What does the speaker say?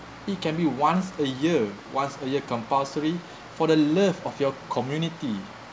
it can be once a year once a year compulsory for the love of your community